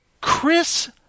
Chris